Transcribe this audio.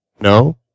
No